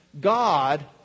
God